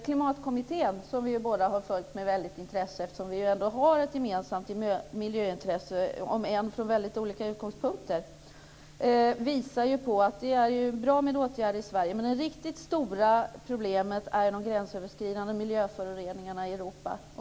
Klimatkommittén - som vi båda följt med stort intresse eftersom vi ändå har ett gemensamt miljöintresse, om än från väldigt olika utgångspunkter - visar att det är bra med åtgärder i Sverige. Men det riktigt stora problemet är de gränsöverskridande miljöföroreningarna i Europa.